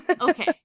Okay